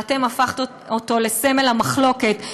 ואתם הפכתם אותו לסמל המחלוקת,